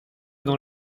dans